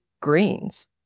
greens